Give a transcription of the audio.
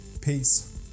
Peace